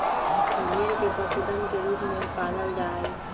भेड़ के पशुधन के रूप में पालल जा हई